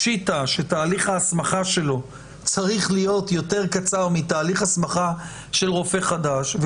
פשיטא שתהליך ההסמכה שלו צריך להיות יותר קצר מתהליך הסמכה של רופא חדש.